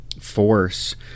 force